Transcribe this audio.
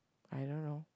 I don't know